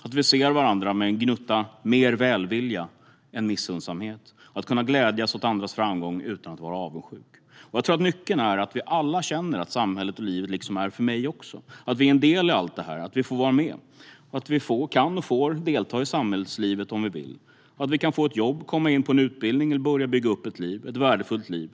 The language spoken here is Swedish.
Det handlar om att se varandra med en gnutta mer välvilja än missunnsamhet och att kunna glädjas åt andras framgång utan att vara avundsjuk. Jag tror att nyckeln är att vi alla känner att samhället och livet också är för mig, att vi är en del i allt detta och att vi får vara med. Vi kan och får delta i samhällslivet om vi vill. Vi kan få ett jobb, komma in på en utbildning eller börja bygga upp ett liv, ett värdefullt liv.